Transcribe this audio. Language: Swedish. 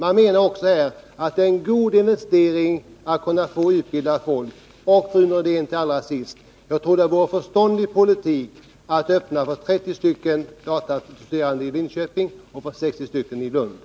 Man menar också att det är en god investering att utbilda folk. Till allra sist, Rune Rydén: Jag tror att det vore förståndig politik att starta utbildning för 30 datateknikstuderande i Linköping och för 60 i Lund.